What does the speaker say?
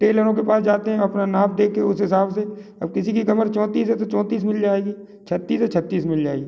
टेलरों के पास जाते है अपना नाप देके उस हिसाब से किसी की कमर चौंतीस है तो चौंतीस मिल जाएगी छत्तीस है छत्तीस मिल जाएगी